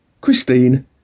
Christine